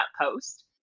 post